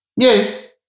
Yes